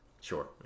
Sure